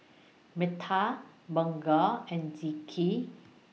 Bunga and Zikri